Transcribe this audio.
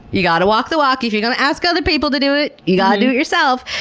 you gotta walk the walk. if you're going to ask other people to do it, you gotta do it yourself.